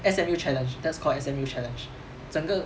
S_M_U challenge that's called S_M_U challenge 整个